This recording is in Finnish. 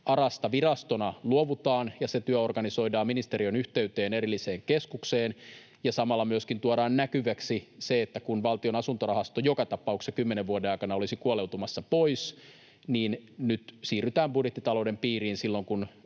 ARAsta virastona luovutaan, ja se työ organisoidaan ministeriön yhteyteen erilliseen keskukseen, ja samalla myöskin tuodaan näkyväksi se, että kun Valtion asuntorahasto joka tapauksessa 10 vuoden aikana olisi kuoleutumassa pois, niin nyt siirrytään budjettitalouden piiriin silloin,